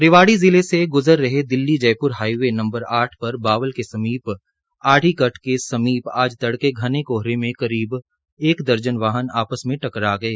रेवाड़ी जिले से गुज़र रहे दिल्ली जयपुर हाइवे नंबर आठ पर बावल के समीप आढ़ी कट के समीप आज तड़के घने कोहरे के करीब एक दर्जन वाहन आपस में टक्रा गये